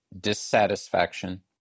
dissatisfaction